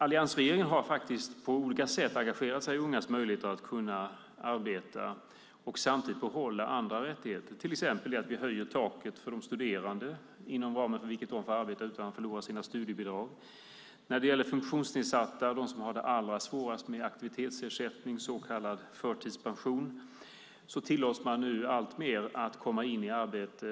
Alliansregeringen har faktiskt på olika sätt engagerat sig i ungas möjligheter att kunna arbeta och samtidigt behålla andra rättigheter. Ett exempel är att vi höjer taket för de studerande inom ramen för hur mycket de får arbeta utan att förlora sitt studiebidrag. När det gäller funktionsnedsatta och dem som har det allra svårast med aktivitetsersättning, så kallad förtidspension, tillåts man nu alltmer komma in i arbete.